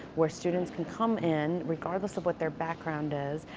where students can come in, regardless of what their background is,